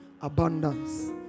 abundance